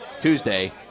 Tuesday